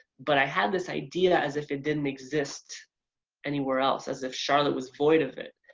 but i had this idea as if it didn't exist anywhere else, as if charlotte was void of it,